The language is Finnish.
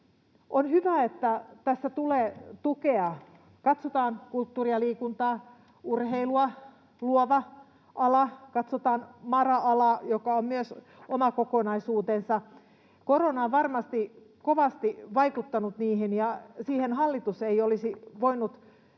On hyvä, että tässä tulee tukea — katsotaan kulttuuria, liikuntaa, urheilua, luovaa alaa, ja katsotaan mara-alaa, joka on myös oma kokonaisuutensa. Korona on varmasti kovasti vaikuttanut niihin, ja siihen hallitus ei olisi voinut